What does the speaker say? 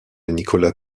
nicolas